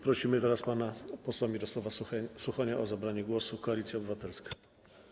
Proszę teraz pana posła Mirosława Suchonia o zabranie głosu, Koalicja Obywatelska.